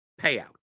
payout